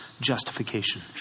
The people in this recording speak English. justification